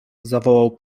zawołał